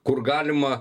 kur galima